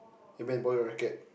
you meant borrow your racket